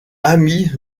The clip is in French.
ami